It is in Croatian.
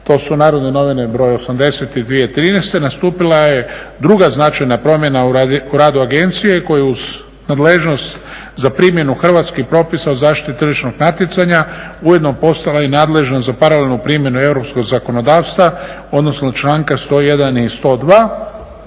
to su Narodne novine br. 80/2013 nastupila je druga značajna promjena u radu agencije koju uz nadležnost za primjenu hrvatskih propisa o zaštiti tržišnog natjecanja ujedno postala i nadležna za paralelnu primjenu europskog zakonodavstvo odnosno članka 101. i 102.